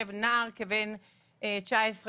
יושב נער כבן 19,